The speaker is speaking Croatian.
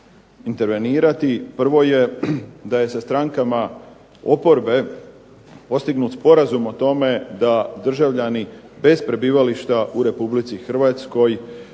intervenirati. Prvo je da je sa strankama oporbe postignut sporazum o tome da državljani bez prebivališta u RH glasaju